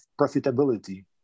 profitability